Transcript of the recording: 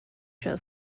show